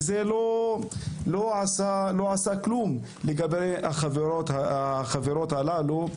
זה לא עשה כלום לגבי החברות הללו,